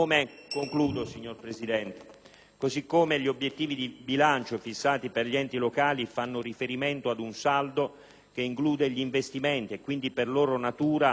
Così come gli obiettivi di bilancio fissati per gli enti locali fanno riferimento ad un saldo che include gli investimenti e quindi, per loro natura, non sono